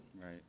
Right